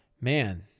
Man